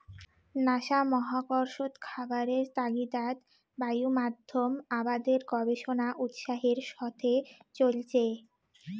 NASA মহাকর্ষত খাবারের তাগিদাত বায়ুমাধ্যম আবাদের গবেষণা উৎসাহের সথে চইলচে